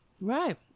Right